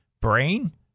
brain